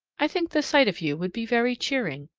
i think the sight of you would be very cheering,